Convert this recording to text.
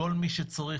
כל מי שצריך,